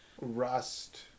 Rust